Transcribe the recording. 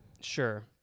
Sure